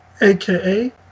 aka